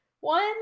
one